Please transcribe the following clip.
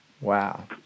Wow